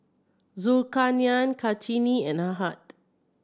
Zulkarnain Kartini and Ahad